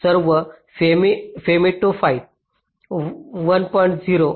5 सर्व फेमिटोफर्ड्स 1